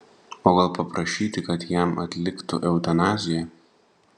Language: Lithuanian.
o gal paprašyti kad jam atliktų eutanaziją